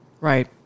Right